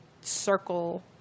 circle